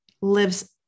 lives